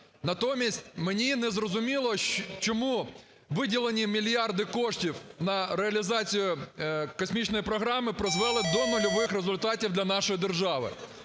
Натомість мені не зрозуміло, чому виділені мільярди коштів на реалізацію космічної програми призвели до нульових результатів для нашої держави.